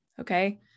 Okay